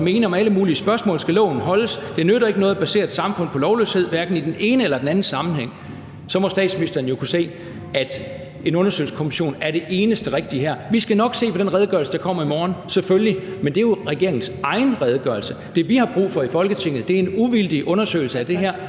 mene om alle mulige spørgsmål, skal loven holdes. Det nytter ikke noget at basere et samfund på lovløshed, hverken i den ene eller den anden sammenhæng. Så må statsministeren jo kunne se, at en undersøgelseskommission er det eneste rigtige her. Vi skal nok se på den redegørelse, der kommer i morgen, selvfølgelig, men det er jo regeringens egen redegørelse. Det, vi har brug for i Folketinget, er en uvildig undersøgelse af det her,